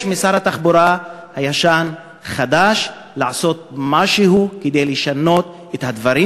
משר התחבורה הישן-חדש לעשות משהו כדי לשנות את הדברים